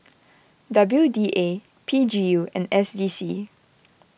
W D A P G U and S D C